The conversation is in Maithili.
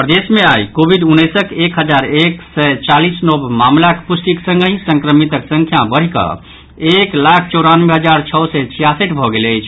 प्रदेश मे आई कोविड उन्नैसक एक हजार एक सय चालीस नव मामिलाक पुष्टिक संगहि संक्रमितक संख्या बढ़िकऽ एक लाख चौरानवे हजार छओ सय छियासठि भऽ गेल अछि